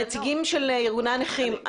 הנציגים של ארגוני הנכים.